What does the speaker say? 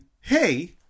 hey